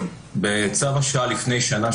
בצו השעה לפני שנה,